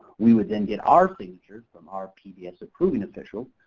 we would then get our signature from our pbs approving official.